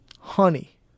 Honey